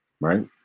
right